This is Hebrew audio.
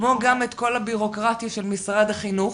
כמו גם את כל הביורוקרטיה של משרד החינוך,